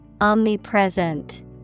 Omnipresent